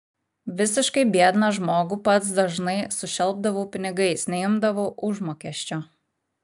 visiškai biedną žmogų pats dažnai sušelpdavau pinigais neimdavau užmokesčio